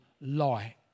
light